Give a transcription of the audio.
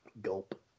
Gulp